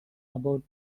about